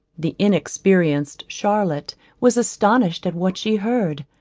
the inexperienced charlotte was astonished at what she heard.